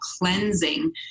cleansing